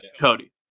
cody